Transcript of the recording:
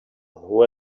who